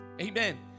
amen